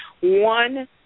One